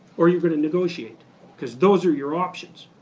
or you're going to negotiate because those are your options.